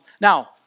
Now